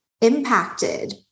impacted